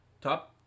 Top